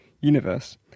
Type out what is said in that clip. universe